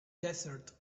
desert